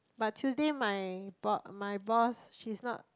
but Tuesday my b~ my boss she's not